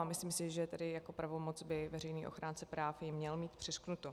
Myslím si, že tady jako pravomoc by veřejný ochránce práv ji měl mít přiřknutou.